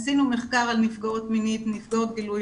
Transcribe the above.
עשינו מחקר על נפגעות מינית ונפגעות גילוי